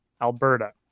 Alberta